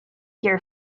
your